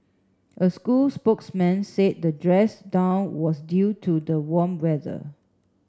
a school spokesman said the dress down was due to the warm weather